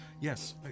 Yes